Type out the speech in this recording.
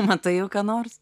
matai jau ką nors